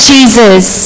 Jesus